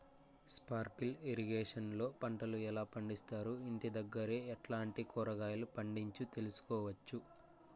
Sprinkle irrigation లో పంటలు ఎలా పండిస్తారు, ఇంటి దగ్గరే ఎట్లాంటి కూరగాయలు పండించు తెలుసుకోవచ్చు?